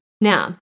Now